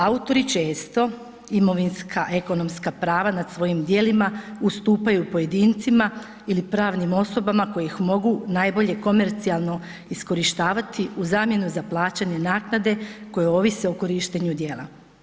Autori često imovinska, ekonomska prava nad svojim djelima ustupaju pojedincima ili pravnim osobama koji ih mogu najbolje komercijalno iskorištavati u zamjenu za plaćanje naknade koje ovise o korištenju djela.